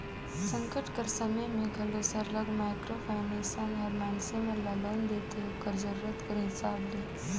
संकट कर समे में घलो सरलग माइक्रो फाइनेंस हर मइनसे मन ल लोन देथे ओकर जरूरत कर हिसाब ले